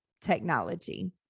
technology